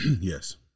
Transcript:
Yes